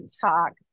talk